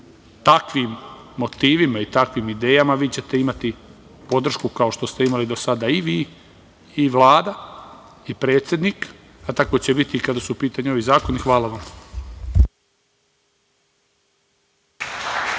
sa takvim motivima i takvim idejama vi ćete imati podršku kao što ste imali do sada, i vi i Vlada, i predsednik, a tako će biti kada su u pitanju ovi zakoni. Hvala vam.